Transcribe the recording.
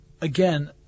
again